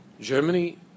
Germany